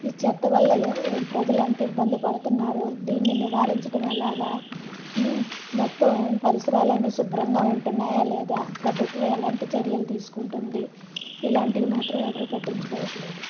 ఈ చెత్త వల్ల ప్రజలు ఎంత ఇబ్బంది పడుతున్నారు దీన్ని నివారించడం ఎలాగ మొత్తం పరిసరాలు అన్నీ శుభ్రంగా ఉంటున్నాయా లేదా ప్రభుత్వం ఎలాంటి చర్యలు తీసుకుంటుంది ఇలాంటివి మాత్రం ఎవరు పట్టించుకోవట్లేదు